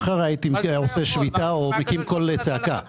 מחר הייתי עושה שביתה או מקים כל צעקה,